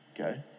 okay